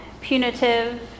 punitive